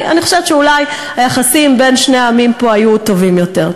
אני חושבת שאולי היחסים בין שני העמים פה היו טובים יותר.